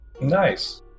Nice